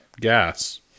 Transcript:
gas